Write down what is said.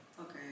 Okay